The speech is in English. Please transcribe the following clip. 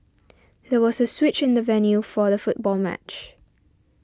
there was a switch in the venue for the football match